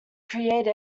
create